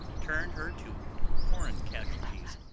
turn'd her to foreign casualties,